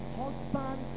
husband